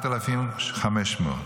ל-8,500,